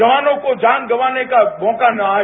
जवानों को जान गंवाने का मौका न आए